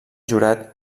jurat